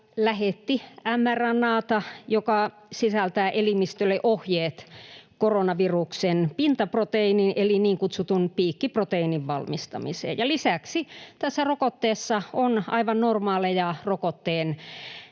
lähetti-mRNA:ta, joka sisältää elimistölle ohjeet koronaviruksen pintaproteiinin eli niin kutsutun piikkiproteiinin valmistamiseen. Ja lisäksi tässä rokotteessa on aivan normaaleja rokotteen